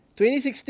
2016